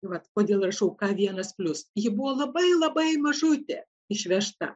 vat kodėl rašau ka vienas plius ji buvo labai labai mažutė išvežta